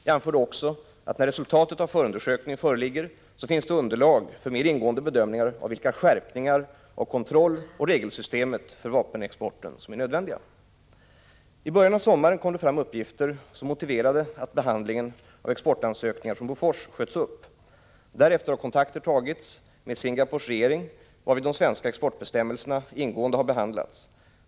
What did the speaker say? Jag anförde också att det när resultatet av förundersökningen föreligger finns underlag för mer ingående bedömningar av vilka skärpningar av kontrolloch regelsystemet för vapenexporten som är nödvändiga. I början av sommaren kom det fram uppgifter som motiverade att behandlingen av exportansökningar från Bofors sköts upp. Därefter har kontakter tagits med Singapores regering, varvid de svenska exportbestämmelserna ingående har behandlats.